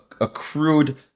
accrued